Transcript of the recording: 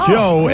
Joe